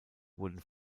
wurden